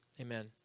Amen